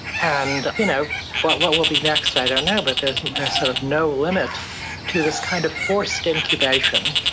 and you know but what will be next? i don't know, but there's sort of no limit to this kind of forced incubation.